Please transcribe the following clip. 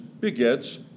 begets